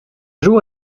jour